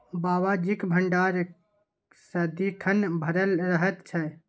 बाबाजीक भंडार सदिखन भरल रहैत छै